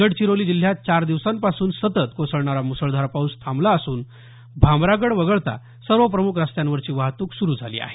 गडचिरोली जिल्ह्यात चार दिवसांपासून सतत कोसळणारा मुसळधार पाऊस थांबला असून भामरागड वगळता सर्व प्रमुख रस्त्यांवरची वाहतूक सुरु झाली आहे